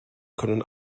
können